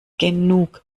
genug